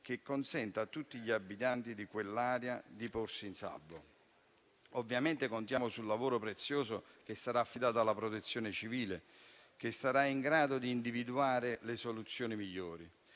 che consenta a tutti gli abitanti di quell'area di porsi in salvo. Ovviamente contiamo sul lavoro prezioso che sarà affidato alla Protezione civile, che sarà in grado di individuare le soluzioni migliori.